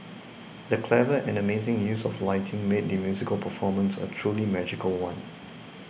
the clever and amazing use of lighting made the musical performance a truly magical one